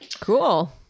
Cool